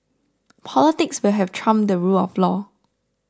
politics will have trumped the rule of law